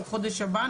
הוא בחודש הבא,